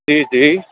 जी जी